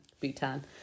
Bhutan